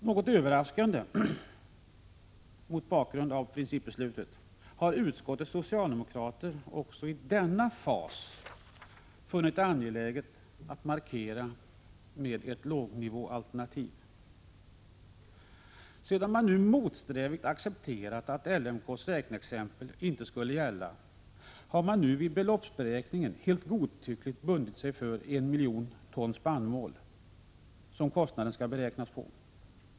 Något överraskande mot bakgrund av principbeslutet har utskottets socialdemokrater också i denna fas funnit det angeläget att markera ett lågnivåalternativ. Sedan man nu motsträvigt accepterat att LMK:s räkneexempel inte skulle gälla, har man nu vid beloppsberäkningen helt godtyckligt bundit sig för 1 miljon ton spannmål som kostnaden skall beräknas på.